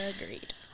agreed